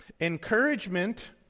Encouragement